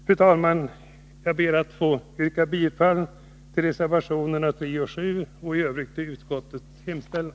Fru talman! Jag ber att få yrka bifall till reservationerna 3 och 7 och i övrigt till utskottets hemställan.